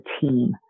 team